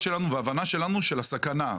שלנו ושל ההבנה שלנו לגבי הסכנה,